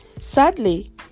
Sadly